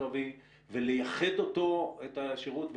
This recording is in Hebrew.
הקרבי ולייחד את השירות הקרבי של אנשים המסכנים את נפשם,